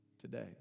today